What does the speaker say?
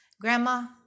Grandma